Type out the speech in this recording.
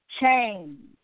Change